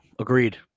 agreed